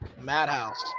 Madhouse